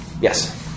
Yes